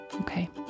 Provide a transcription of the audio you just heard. Okay